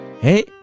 Hey